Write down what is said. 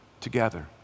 together